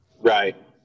Right